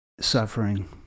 suffering